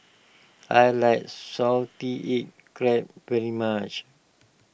I like Salted Egg Crab very much